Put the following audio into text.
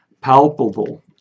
palpable